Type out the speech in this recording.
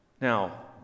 Now